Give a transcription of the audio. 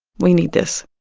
we need this